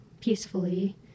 peacefully